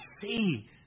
see